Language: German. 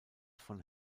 von